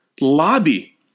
lobby